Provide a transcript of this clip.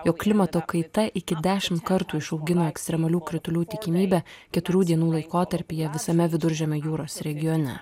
jog klimato kaita iki dešim kartų išaugino ekstremalių kritulių tikimybę keturių dienų laikotarpyje visame viduržemio jūros regione